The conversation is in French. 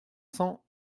cents